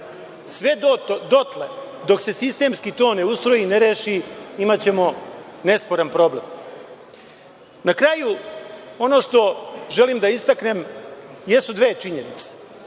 Sve dotle dok se sistemski i to ne ustroji, ne reši, imaćemo nesporan problem. Na kraju, ono što želim da istaknem jesu dve činjenice.